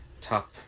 top